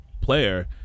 player